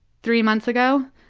three months ago.